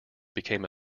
became